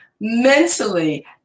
Mentally